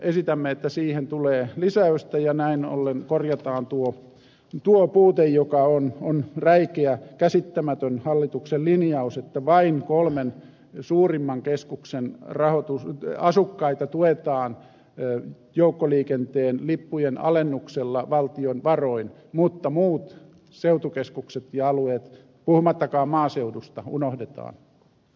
esitämme että siihen tulee lisäystä ja näin ollen korjataan tuo puute joka on räikeä käsittämätön hallituksen linjaus että vain kolmen suurimman keskuksen asukkaita tuetaan joukkoliikenteen lippujen alennuksella valtion varoin mutta muut seutukeskukset ja alueet puhumattakaan maaseudusta unohdetaan